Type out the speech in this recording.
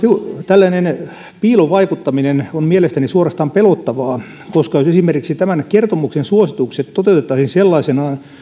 tällainen piilovaikuttaminen on mielestäni suorastaan pelottavaa jos esimerkiksi tämän kertomuksen suositukset toteutettaisiin sellaisenaan